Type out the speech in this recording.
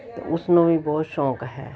ਅਤੇ ਉਸ ਨੂੰ ਵੀ ਬਹੁਤ ਸ਼ੌਕ ਹੈ